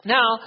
Now